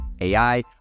AI